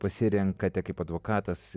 pasirenkate kaip advokatas